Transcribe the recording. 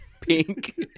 pink